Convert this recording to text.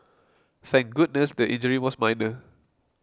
thank goodness the injury was minor